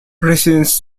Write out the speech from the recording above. residents